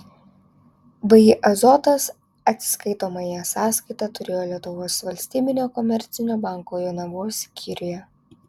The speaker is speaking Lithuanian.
vį azotas atsiskaitomąją sąskaitą turėjo lietuvos valstybinio komercinio banko jonavos skyriuje